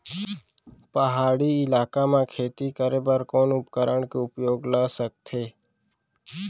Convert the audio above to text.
पहाड़ी इलाका म खेती करें बर कोन उपकरण के उपयोग ल सकथे?